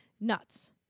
nuts